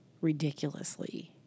ridiculously